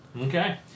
Okay